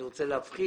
הוא רוצה להפחית,